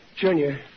Junior